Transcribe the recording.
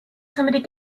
somebody